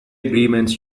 agreements